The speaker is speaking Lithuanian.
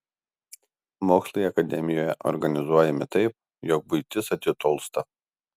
mokslai akademijoje organizuojami taip jog buitis atitolsta